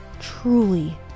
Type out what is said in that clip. truly